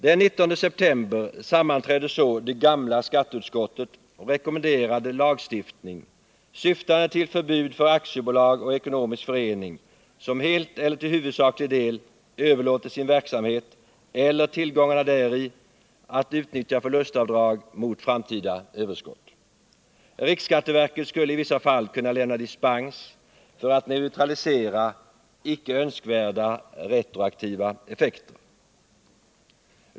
Den 19 september sammanträdde så det gamla skatteutskottet och rekommenderade lagstiftning syftande till förbud för aktiebolag och ekonomisk förening som helt eller till huvudsaklig del överlåter sin verksamhet eller tillgångarna däri att utnyttja förlustavdrag mot framtida överskott. Riksskatteverket skulle i vissa fall kunna lämna dispens för att neutralisera icke önskvärda retroaktiva effekter.